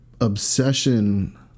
Obsession